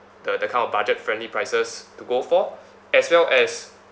the the kind of budget friendly prices to go for as well as